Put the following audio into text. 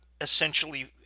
essentially